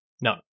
No